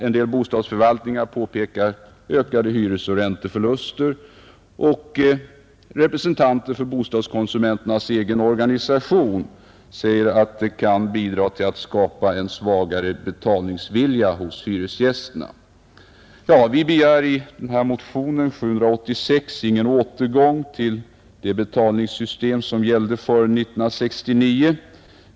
En del bostadsförvaltningar påpekar ökade hyresoch ränteförluster, och representanter för bostadskonsulenternas egen organisation säger att det kan bidra till att skapa en svagare betalningsvilja hos hyresgästerna. Vi begär i motionen 786 ingen återgång till det betalningssystem som gällde före 1969.